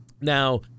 Now